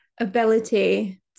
ability